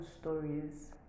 stories